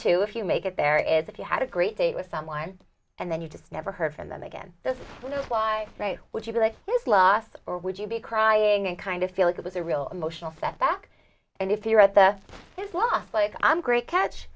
two if you make it there is if you had a great date with someone and then you just never heard from them again the why would you feel like he's lost or would you be crying and kind of feel like it was a real emotional setback and if you're at the as well off like i'm great catch